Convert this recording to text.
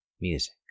music